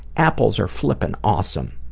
apples are flipping awesome!